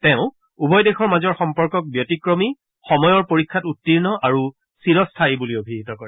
তেওঁ উভয় দেশৰ মাজৰ সম্পৰ্কক ব্যতিক্ৰমী সময়ৰ পৰীক্ষাত উত্তীৰ্ণ আৰু চিৰস্থায়ী বুলি অভিহিত কৰে